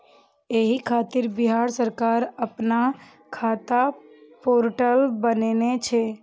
एहि खातिर बिहार सरकार अपना खाता पोर्टल बनेने छै